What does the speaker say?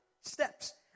steps